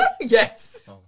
Yes